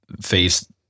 face